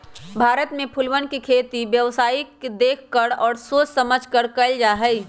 भारत में फूलवन के खेती व्यावसायिक देख कर और सोच समझकर कइल जाहई